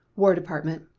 war department,